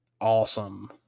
awesome